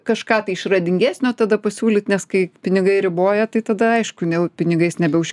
kažką tai išradingesnio tada pasiūlyt nes kai pinigai riboja tai tada aišku ne jau pinigais nebeužk